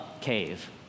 cave